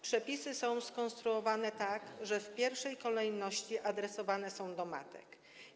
Przepisy są skonstruowane tak, że w pierwszej kolejności adresowane są do matek.